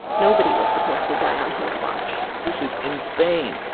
nobody was supposed to die on his watch this is insane.